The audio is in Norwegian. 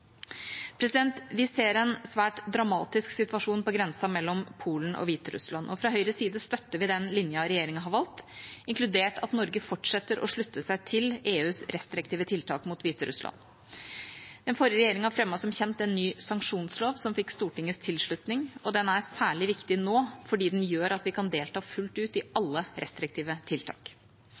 Vi ser en svært dramatisk situasjon på grensa mellom Polen og Hviterussland, og fra Høyres side støtter vi den linja regjeringa har valgt, inkludert at Norge fortsetter å slutte seg til EUs restriktive tiltak mot Hviterussland. Den forrige regjeringa fremmet som kjent en ny sanksjonslov som fikk Stortingets tilslutning, og den er særlig viktig nå, fordi den gjør at vi kan delta fullt ut i alle restriktive tiltak.